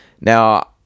Now